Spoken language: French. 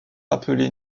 appelée